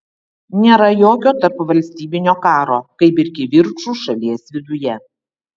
nėra jokio tarpvalstybinio karo kaip ir kivirčų šalies viduje